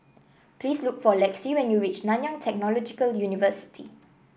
please look for Lexi when you reach Nanyang Technological University